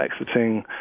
exiting